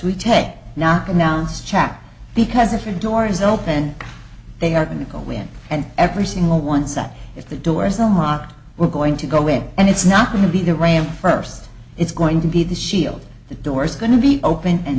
take knock announced check because if your door is open they are going to go in and every single once that if the doors unlocked we're going to go in and it's not going to be the ram first it's going to be the shield the door is going to be open and